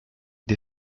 des